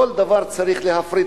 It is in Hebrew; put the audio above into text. כל דבר צריך להפריט.